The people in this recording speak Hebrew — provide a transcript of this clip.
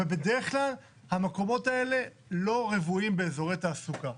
ובדרך כלל המקומות האלה לא רוויים באזורי תעסוקה.